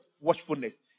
watchfulness